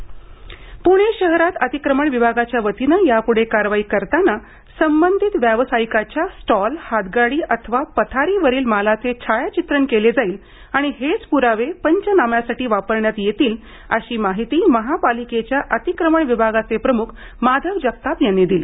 प्णे शहरात अतिक्रमण विभागाच्या वतीने याप्ढे कारवाई करताना संबंधित व्यावसायिकाच्या स्टॉल हातगाडी अथवा पथारीवरील मालाचे छायाचित्रण केले जाईल आणि हेच प्रावे पंचनाम्यासाठी वापरण्यात येतील अशी माहिती महापालिकेच्या अतिक्रमण विभागाचे प्रमुख माधव जगताप यांनी दिली